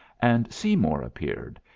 and seymour appeared,